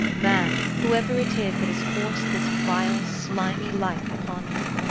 man, whoever it is that has forced this vile, slimy life upon him.